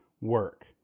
work